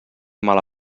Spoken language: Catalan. mala